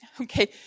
Okay